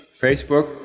Facebook